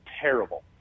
terrible